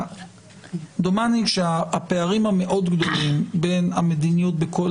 דומני שהפערים המאוד גדולים בין המדיניות בכל